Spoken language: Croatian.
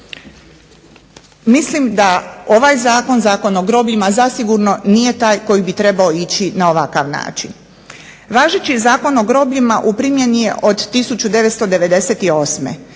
Mislim da ovaj zakon, Zakon o grobljima zasigurno nije taj koji bi trebao ići na ovakav način. Važeći Zakon o grobljima u primjeni je od 1998.